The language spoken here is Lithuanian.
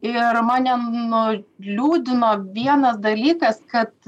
ir mane nu liūdino vienas dalykas kad